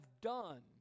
done